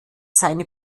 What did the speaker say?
seine